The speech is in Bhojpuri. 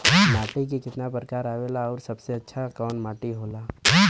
माटी के कितना प्रकार आवेला और सबसे अच्छा कवन माटी होता?